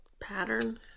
Pattern